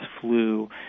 flu